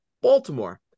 Baltimore